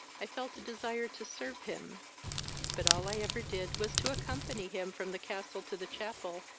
i felt a desire to serve him but all i ever did was to accompany him from the castle to the chapel,